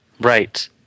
Right